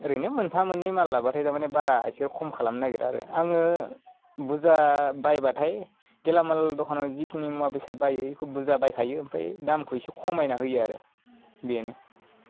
ओरैनो मोनफा मोन्नै माल लाबाथाय दामाने बारा इसे खम खालामनो नागिरा आरो आङो बुरजा बायबाथाय गेलामाल द'खानाव जिखिनि मुवा बेसाद बायो बेखौ बुरजा बायखायो ओमफ्राय दामखौ इसे खमायना होयो आरो बेनो